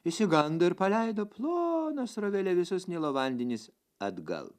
išsigando ir paleido plona srovele visus nilo vandenis atgal